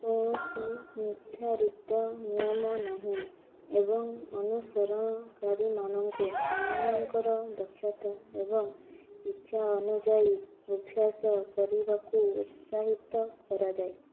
କୌଣସି ନିର୍ଦ୍ଧାରିତ ନିୟମ ନାହିଁ ଏବଂ ଅନୁସରଣକାରୀମାନଙ୍କୁ ସେମାନଙ୍କର ଦକ୍ଷତା ଏବଂ ଇଚ୍ଛା ଅନୁଯାୟୀ ଅଭ୍ୟାସ କରିବାକୁ ଉତ୍ସାହିତ କରାଯାଏ